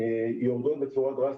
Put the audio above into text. יורדות בצורה דרסטית.